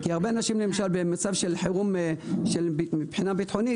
כי הרבה אנשים במצב חירום מבחינה ביטחונית,